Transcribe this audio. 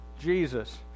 Jesus